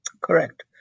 Correct